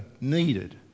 needed